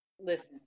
listen